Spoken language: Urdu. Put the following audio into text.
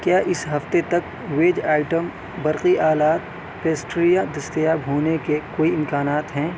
کیا اس ہفتے تک ویج آئٹم برقی آلات پیسٹریاں دستیاب ہونے کے کوئی امکانات ہیں